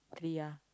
three ah